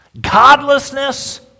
godlessness